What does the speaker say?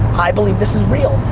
i believe this is real,